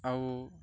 ଆଉ